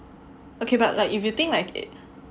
okay but like if you think like it